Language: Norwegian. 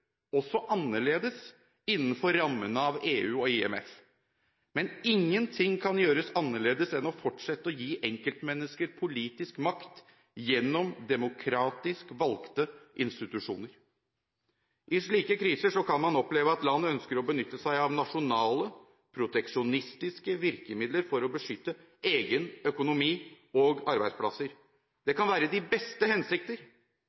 også annerledes – innenfor rammene av EU og IMF, men ingenting kan gjøres annerledes enn å fortsette å gi enkeltmennesker politisk makt gjennom demokratisk valgte institusjoner. I slike kriser kan man oppleve at land ønsker å benytte seg av nasjonale, proteksjonistiske virkemidler for å beskytte egen økonomi og egne arbeidsplasser. Det kan være de beste hensikter,